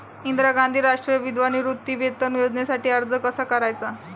इंदिरा गांधी राष्ट्रीय विधवा निवृत्तीवेतन योजनेसाठी अर्ज कसा करायचा?